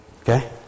Okay